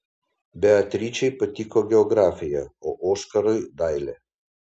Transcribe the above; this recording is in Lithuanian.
beatričei patiko geografija o oskarui dailė